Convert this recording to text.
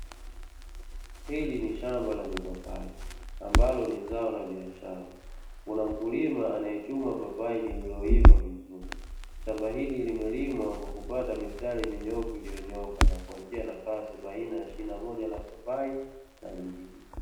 Hili ni shamba la mipapai, ambalo ni zao la biashara, kuna mkulima anayechuma papai lililoiva vizuri, shamba hili limelimwa kwa kufuata mistari minyoofu iliyonyooka na kuachia nafasi baina ya shina moja la mpapai na lingine.